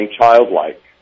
childlike